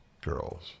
girls